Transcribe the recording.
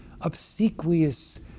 obsequious